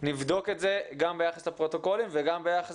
נבדוק את זה גם ביחס לפרוטוקולים וגם ביחס